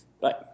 Bye